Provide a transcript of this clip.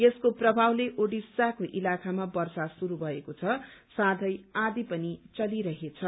यसको प्रभावले ओडिसाको इलाकामा वर्षा शुरू भएको छ साथै आँथी पनि चलिरहेछ